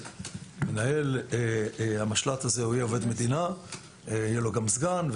מנהל המשל"ט יהיה עובד מדינה ויהיה לו גם סגן.